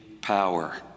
power